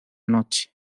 noche